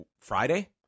Friday